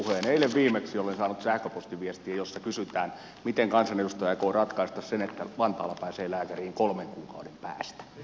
eilen viimeksi olen saanut sähköpostiviestin jossa kysytään miten kansanedustaja aikoo ratkaista sen että vantaalla pääsee lääkäriin kolmen kuukauden päästä